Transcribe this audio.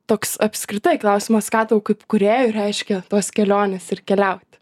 toks apskritai klausimas ką tau kaip kūrėjui reiškia tos kelionės ir keliauti